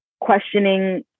questioning